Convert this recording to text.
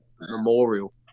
memorial